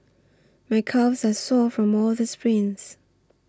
my calves are sore from all the sprints